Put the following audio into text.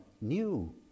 new